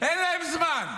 אין להם זמן.